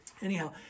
Anyhow